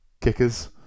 Kickers